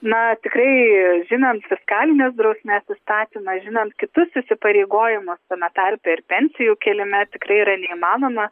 na tikrai žinant fiskalinės drausmės įstatymą žinant kitus įsipareigojimus tame tarpe ir pensijų kėlime tikrai yra neįmanoma